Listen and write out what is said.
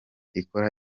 ikora